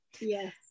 Yes